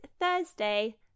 Thursday